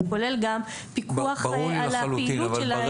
שהוא כולל גם פיקוח על הפעילות של החברה האזרחית.